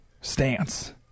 stance